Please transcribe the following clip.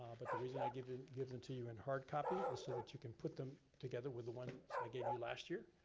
but the reason i give them give them to you in hard copy is so that you can put them together with the ones i gave you last year